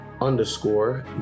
underscore